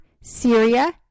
Syria